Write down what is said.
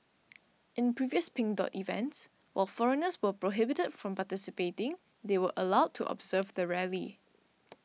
in previous Pink Dot events while foreigners were prohibited from participating they were allowed to observe the rally